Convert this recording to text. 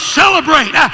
celebrate